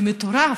זה מטורף.